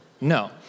no